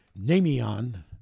namion